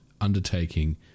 undertaking